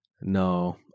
No